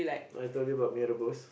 I told you about mee-rebus